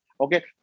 Okay